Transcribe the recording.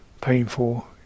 painful